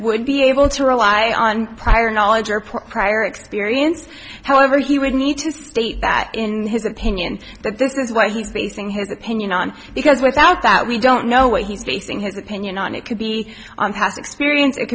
would be able to rely on prior knowledge or prior experience however he would need to state that in his opinion that this is what he's basing his opinion on because without that we don't know what he's basing his opinion on it could be on past experience it